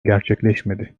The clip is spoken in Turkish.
gerçekleşmedi